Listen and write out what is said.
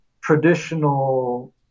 traditional